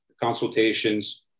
consultations